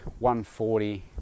140